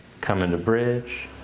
come into bridge.